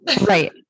Right